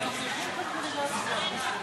לפחות תשמע מה הוא עשה.